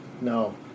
no